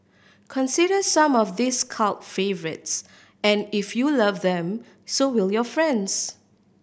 consider some of these cult favourites and if you love them so will your friends